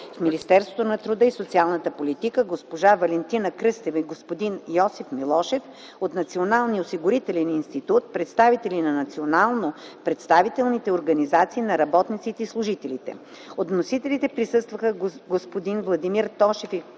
в Министерството на труда и социалната политика, госпожа Валентина Кръстева и господин Йосиф Милошев от Националния осигурителен институт, представители на национално представителните организации на работниците и служителите. От вносителите присъстваха господин Владимир Тошев и госпожа